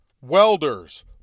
welders